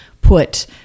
put